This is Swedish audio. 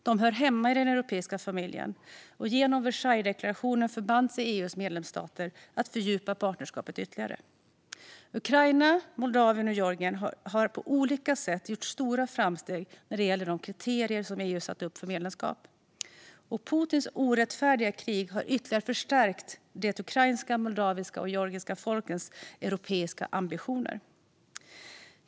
De hör hemma i den europeiska familjen, och genom Versaillesdeklarationen förband sig EU:s medlemsstater att fördjupa partnerskapet ytterligare. Ukraina, Moldavien och Georgien har på olika sätt gjort stora framsteg när det gäller de kriterier som EU satt upp för medlemskap. Och Putins orättfärdiga krig har ytterligare förstärkt de ukrainska, moldaviska och georgiska folkens europeiska ambitioner.